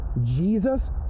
jesus